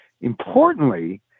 importantly